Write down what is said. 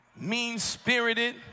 mean-spirited